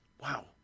Wow